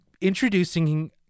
introducing